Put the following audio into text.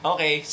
Okay